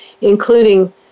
including